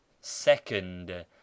second